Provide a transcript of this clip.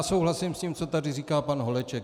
Souhlasím s tím, co tady říkal pan Holeček.